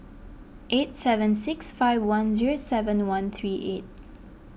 eight seven six five one zero seven one three eight